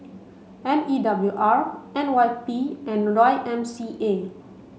M E W R N Y P and Y M C A